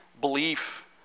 belief